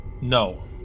No